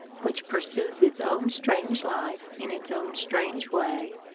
which pursues its own strange life in its own strange way,